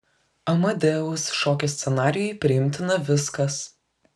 amadeus šokio scenarijui priimtina viskas